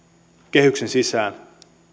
kehyksen sisään